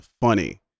funny